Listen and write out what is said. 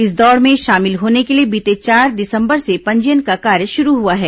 इस दौड़ में शामिल होने के लिए बीते चार दिसंबर से पंजीयन का कार्य शुरू हुआ है